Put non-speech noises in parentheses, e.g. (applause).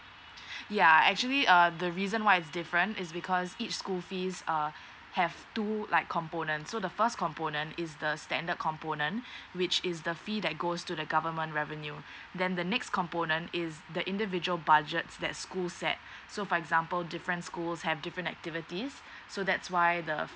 (breath) ya actually err the reason why it's different is because each school fees err have two like components so the first component is the standard component (breath) which is the fee that goes to the government revenue then the next component is the individual budgets that school set so for example different schools have different activities so that's why the